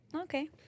okay